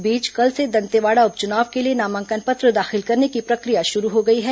इस बीच कल से दंतेवाड़ा उप चुनाव के लिए नामांकन पत्र दाखिल करने की प्रक्रिया शुरू हो गई है